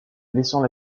laissant